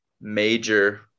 major